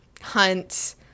Hunt